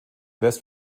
west